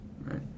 right